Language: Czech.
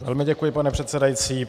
Velmi děkuji, pane předsedající.